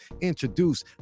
introduce